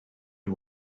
nhw